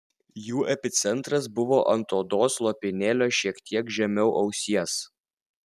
jų epicentras buvo ant odos lopinėlio šiek tiek žemiau ausies